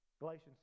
Galatians